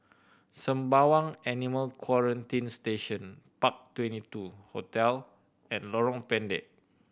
Sembawang Animal Quarantine Station Park Twenty two Hotel and Lorong Pendek